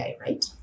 right